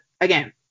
again